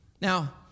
Now